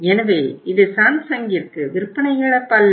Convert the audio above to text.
எனவே இது சாம்சங்கிற்கு விற்பனை இழப்பு அல்ல